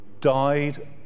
died